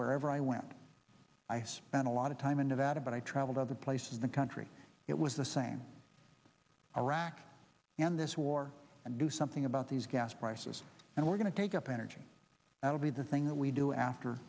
wherever i went i spent a lot of time in nevada but i traveled other places the country it was the same iraq and this war and do something about these gas prices and we're going to take up energy that will be the thing that we do after